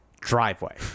driveway